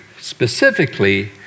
specifically